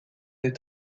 les